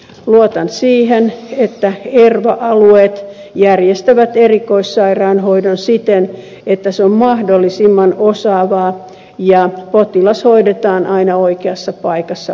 luotan siihen että erva alueet järjestävät erikoissairaanhoidon siten että se on mahdollisimman osaavaa ja potilas hoidetaan aina oikeassa paikassa oikeaan aikaan